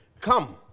Come